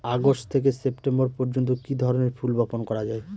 August থেকে September পর্যন্ত কি ধরনের ফুল বপন করা যায়?